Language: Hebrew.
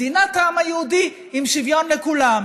מדינת העם היהודי עם שוויון לכולם.